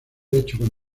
hecho